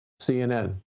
CNN